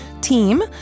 team